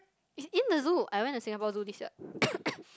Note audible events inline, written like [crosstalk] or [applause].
it's in the zoo I went to Singapore Zoo this year [coughs]